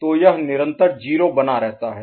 तो यह निरंतर 0 बना रहता है